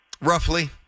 roughly